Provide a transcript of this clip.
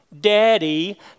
Daddy